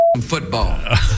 football